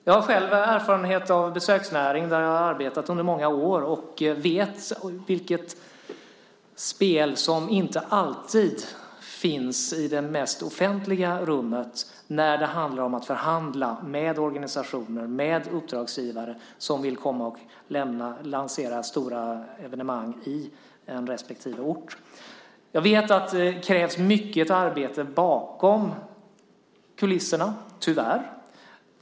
Jag har själv erfarenhet av besöksnäringen, där jag har arbetat under många år, och vet vilket spel som finns - inte alltid i det mest offentliga rummet - när det handlar om att förhandla med organisationer och uppdragsgivare som vill lansera stora evenemang på en ort. Jag vet att det krävs mycket arbete bakom kulisserna, tyvärr.